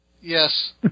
Yes